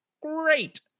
Great